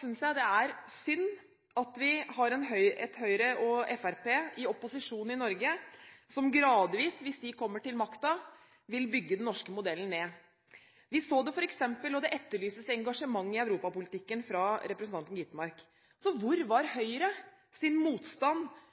synes jeg det er synd at vi har et Høyre og et Fremskrittsparti i opposisjon i Norge som gradvis – hvis de kommer til makten – vil bygge den norske modellen ned. Vi så det når det f.eks. etterlyses engasjement i europapolitikken fra Skovholt Gitmark. Hvor var Høyres motstand og engasjement mot Monti II-forordningen? Hvor var